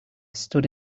stood